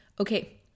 Okay